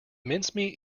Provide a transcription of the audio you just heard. mincemeat